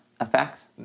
effects